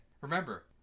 Remember